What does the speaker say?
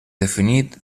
definit